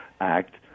Act